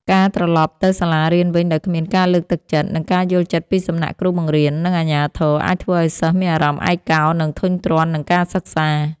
ការត្រឡប់ទៅសាលារៀនវិញដោយគ្មានការលើកទឹកចិត្ត និងការយល់ចិត្តពីសំណាក់គ្រូបង្រៀន និងអាជ្ញាធរ អាចធ្វើឱ្យសិស្សមានអារម្មណ៍ឯកោ និងធុញទ្រាន់នឹងការសិក្សា។